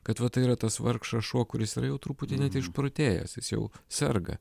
kad va tai yra tas vargšas šuo kuris yra jau truputį net išprotėjęs jis jau serga